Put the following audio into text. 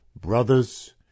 Brothers